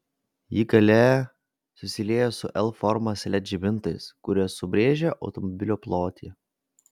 ji gale susilieja su l formos led žibintais kurie pabrėžia automobilio plotį